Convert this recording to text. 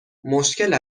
مشکل